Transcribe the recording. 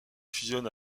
fusionne